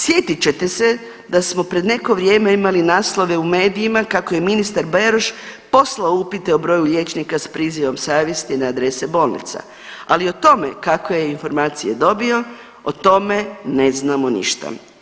Sjetit ćete se da smo pred neko vrijeme imali naslove u medijima kako je ministar Beroš poslao upite o broju liječnika s prizivom savjesti na adrese bolnica, ali o tome kakve je informacije dobio, o tome ne znamo ništa.